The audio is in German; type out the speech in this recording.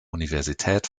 universität